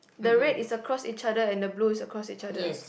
the red is across each other and the blue is across each other